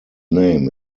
name